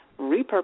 repurpose